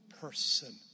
person